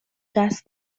دست